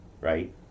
right